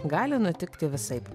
gali nutikti visaip